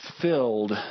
filled